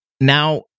Now